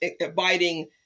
abiding